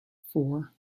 four